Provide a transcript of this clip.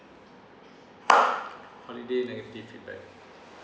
holiday negative feedback